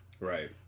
Right